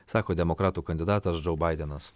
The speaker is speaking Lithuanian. sako demokratų kandidatas džou baidenas